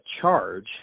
charge